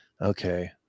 okay